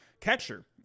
catcher